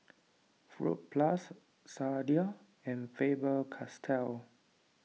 Fruit Plus Sadia and Faber Castell